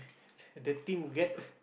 the team get